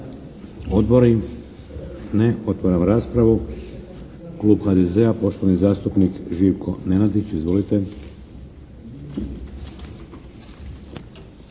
Odbori? Ne. Otvaram raspravu. Klub HDZ-a poštovani zastupnik Živko Nenadić. Izvolite.